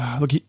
Look